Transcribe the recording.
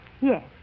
Yes